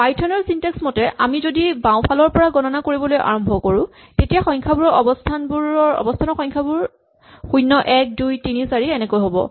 Python ৰ syntax মতে আমি যদি বাওঁফালৰ পৰা গণনা কৰিবলৈ আৰম্ভ কৰো তেতিয়া সংখ্যাবোৰৰ অৱস্হানৰ সংখ্যাবোৰ ০ ১ ২ ৩ ৪ এনেকৈ হ'ব